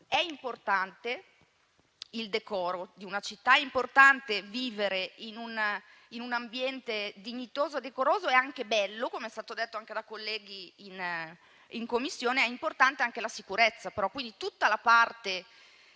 È importante il decoro di una città, è importante vivere in un in un ambiente dignitoso, decoroso e anche bello, come è stato detto anche da colleghi in Commissione, ma è importante anche la sicurezza. Quindi tutta la parte